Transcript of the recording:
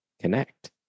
connect